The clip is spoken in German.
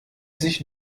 sich